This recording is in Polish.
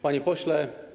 Panie Pośle!